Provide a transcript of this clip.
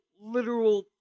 literal